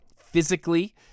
physically